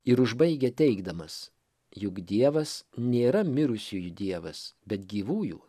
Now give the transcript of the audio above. ir užbaigia teigdamas juk dievas nėra mirusiųjų dievas bet gyvųjų